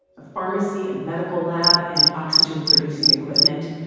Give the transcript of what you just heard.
a pharmacy, a medical lab and oxygen-producing equipment.